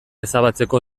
ezabatzeko